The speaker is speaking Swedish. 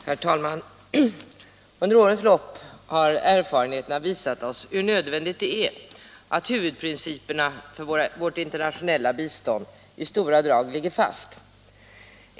Herr talman! Under årens lopp har erfarenheterna visat oss hur nödvändigt det är att huvudprinciperna för vårt internationella bistånd i stora drag ligger fast.